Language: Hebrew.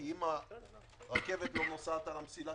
כי אם הרכבת לא נוסעת על המסילה,